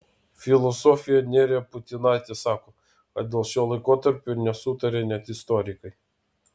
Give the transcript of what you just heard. filosofė nerija putinaitė sako kad dėl šio laikotarpio nesutaria net istorikai